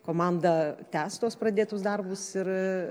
komanda tęs tuos pradėtus darbus ir